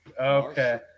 Okay